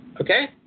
okay